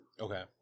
Okay